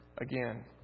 again